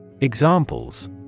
Examples